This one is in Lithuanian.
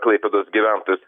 klaipėdos gyventojus